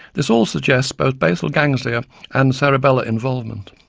this all suggests both basal ganglia and cerebellar involvement.